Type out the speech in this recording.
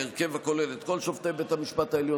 בהרכב הכולל את כל שופטי בית המשפט העליון,